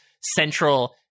central